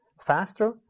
faster